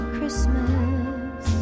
Christmas